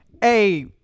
Hey